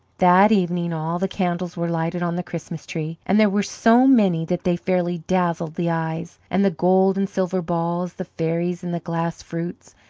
that evening all the candles were lighted on the christmas-tree, and there were so many that they fairly dazzled the eyes and the gold and silver balls, the fairies and the glass fruits,